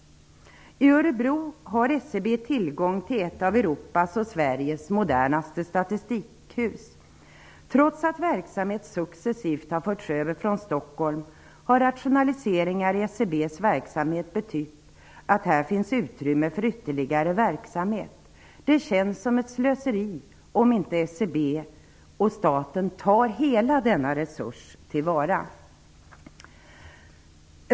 I Örebro har SCB tillgång till ett av Europas och Sveriges modernaste statistikhus. Trots att verksamhet successivt har förts över från Stockholm har rationaliseringar i SCB:s verksamhet betytt att det finns utrymme för ytterligare verksamhet. Det känns som ett slöseri om inte SCB och staten tar till vara hela denna resurs.